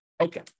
okay